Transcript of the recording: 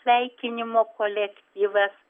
sveikinimo kolektyvas